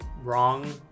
wrong